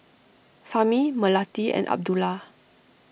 Fahmi Melati and Abdullah